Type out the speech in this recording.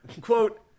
Quote